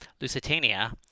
Lusitania